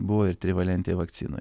buvo ir trivalentėj vakcinoj